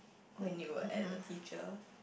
when you were as a teacher